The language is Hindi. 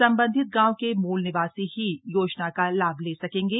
सम्बन्धित गांव के मूल निवासी ही योजना का लाभ ले सकेंगे